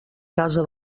casa